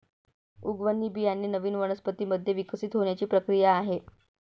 उगवण ही बियाणे नवीन वनस्पतीं मध्ये विकसित होण्याची प्रक्रिया आहे